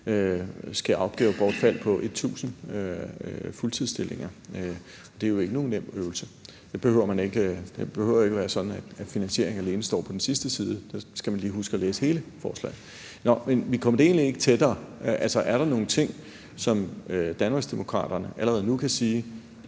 sker opgavebortfald på 1.000 fuldtidsstillinger, og det er jo ikke nogen nem øvelse. Det behøver ikke være sådan, at finansieringen alene står på den sidste side. Der skal man lige huske at læse hele forslaget. Nå, men vi kom det jo egentlig ikke tættere. Altså, er der nogen ting, som Danmarksdemokraterne allerede nu kan sige